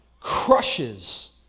crushes